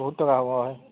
বহুত টকা হ'ব হয়